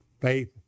faith